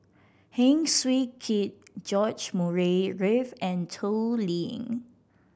Heng Swee Keat George Murray Reith and Toh Liying